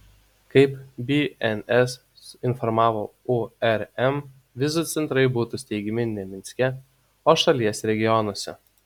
kaip bns informavo urm vizų centrai būtų steigiami ne minske o šalies regionuose